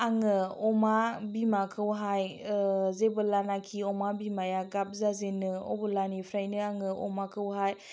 आङो अमा बिमाखौहाय जेबोलानाखि अमा बिमाया गाब जाजेनो अबोलानिफ्रायनो आङो अमाखौहाय